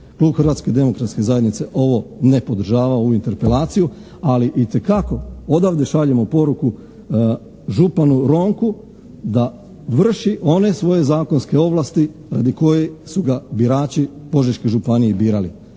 Klub Hrvatske demokratske zajednice ovo ne podržava ovu interpelaciju ali itekako odavde šaljemo poruku županu Ronku da vrši one svoje zakonske ovlasti radi kojih su ga birači Požeške županije i birali,